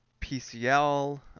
PCL